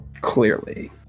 Clearly